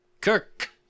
Kirk